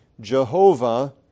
Jehovah